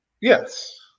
Yes